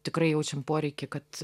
tikrai jaučiam poreikį kad